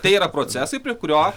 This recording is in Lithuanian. tai yra procesai prie kurio